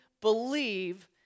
believe